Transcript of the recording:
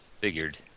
figured